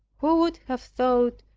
who would have thought,